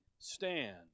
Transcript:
stand